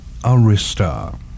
Arista